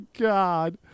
God